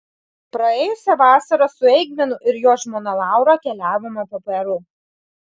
praėjusią vasarą su eigminu ir jo žmona laura keliavome po peru